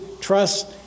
trust